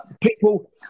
people